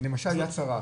למשל 'יד שרה',